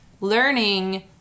learning